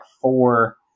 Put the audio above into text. four